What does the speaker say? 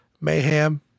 mayhem